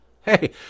hey